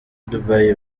dubai